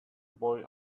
boy